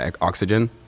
oxygen